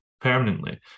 permanently